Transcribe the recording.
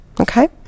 Okay